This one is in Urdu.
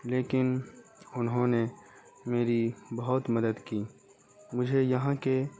لیکن انہوں نے میری بہت مدد کی مجھے یہاں کے